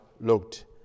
looked